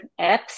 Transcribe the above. apps